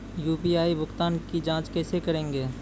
UPI भुगतान की जाँच कैसे करेंगे?